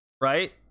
Right